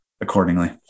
accordingly